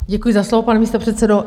Děkuji za slovo, pane místopředsedo.